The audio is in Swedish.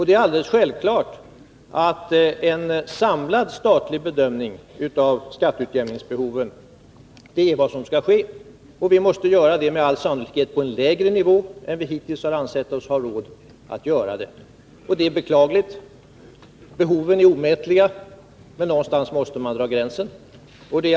Det är alldeles självklart att en samlad statlig bedömning av skatteutjämningsbehoven måste ske. Vi måste med all sannolikhet göra den på en lägre nivå än vi hittills har ansett oss ha råd att göra. Det är beklagligt. Behoven är omätliga, men någonstans måste man dra gränsen.